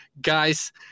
Guys